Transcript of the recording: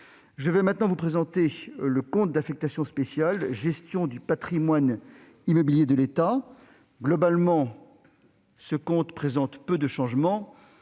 Je vais maintenant vous présenter le compte d'affectation spéciale « Gestion du patrimoine immobilier de l'État ». Globalement, ce compte présente peu de changements.